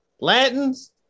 latins